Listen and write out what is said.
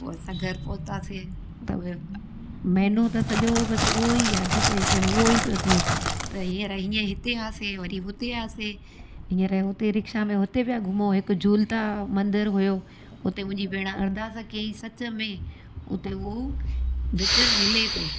पोइ असां घर पहुतासीं त बि महीनो त सॼो बसि उहो ई यादियूं पियूं अचनि उहो ई पियो थिए त हींअर हीअं हिते हुआसीं वरी हुते हासे हीअंर हुते रिक्शा में हुते पिया घुमूं हिकु झूलता मंदिर हुओ हुते मुंहिंजी भेणु अरदास कयईं सच में हुते उहो भित हिले पई